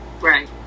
Right